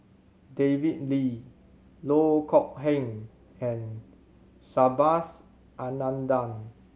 David Lee Loh Kok Heng and Subhas Anandan